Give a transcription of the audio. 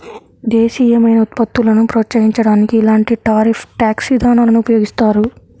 దేశీయమైన ఉత్పత్తులను ప్రోత్సహించడానికి ఇలాంటి టారిఫ్ ట్యాక్స్ విధానాలను ఉపయోగిస్తారు